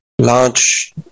large